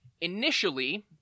Initially